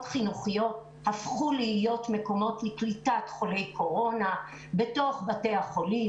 חינוכיות הפכו להיות מקומות לקליטת חולי קורונה בתוך בתי החולים.